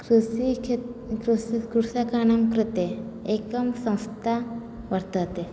कृषिक्षेत्रं कृस कृषकाणां कृते एका संस्था वर्तते